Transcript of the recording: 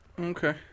Okay